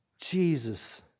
Jesus